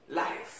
life